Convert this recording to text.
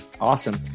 Awesome